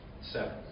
Seven